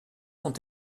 sont